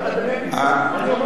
אז אני אומר,